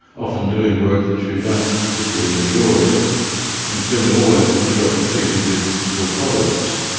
often doing work that you don't particularly enjoy and feeling always that you are competing with your colleagues.